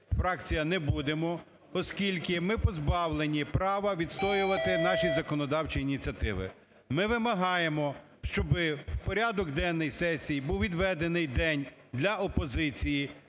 фракція, не будемо, оскільки ми позбавлені права відстоювати наші законодавчі ініціативи. Ми вимагаємо, щоб в порядок денний сесії був відведений день для опозиції,